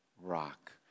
rock